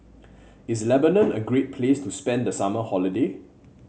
is Lebanon a great place to spend the summer holiday